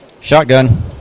Shotgun